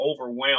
overwhelmed